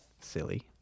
Silly